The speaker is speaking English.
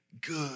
good